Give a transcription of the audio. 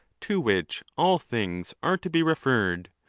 to which all things are to be referred,